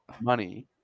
money